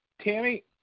Tammy